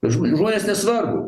žmo žmonės nesvarbu